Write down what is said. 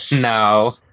No